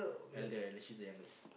elder she is the youngest